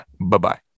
Bye-bye